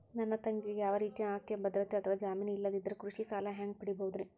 ನನ್ನ ತಂಗಿಗೆ ಯಾವ ರೇತಿಯ ಆಸ್ತಿಯ ಭದ್ರತೆ ಅಥವಾ ಜಾಮೇನ್ ಇಲ್ಲದಿದ್ದರ ಕೃಷಿ ಸಾಲಾ ಹ್ಯಾಂಗ್ ಪಡಿಬಹುದ್ರಿ?